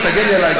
תגני עלי,